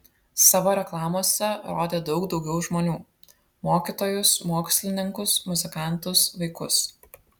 savo reklamose rodė daug daugiau žmonių mokytojus mokslininkus muzikantus vaikus